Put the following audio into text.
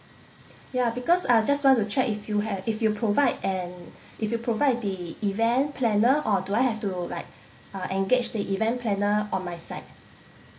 ya because I just want to check if you have if you provide and if you provide the event planner or do I have to like uh engage the event planner on my side